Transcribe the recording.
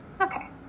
Okay